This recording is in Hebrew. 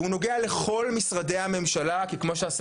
והוא נוגע לכל משרדי הממשלה,